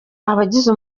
abagize